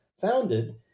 founded